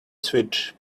switch